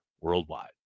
worldwide